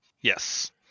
Yes